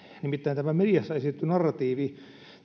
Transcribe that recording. nimittäin mediassa esitetty narratiivi